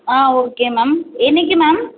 ஆ okay ma'am என்றைக்கு ma'am